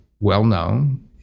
well-known